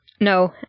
no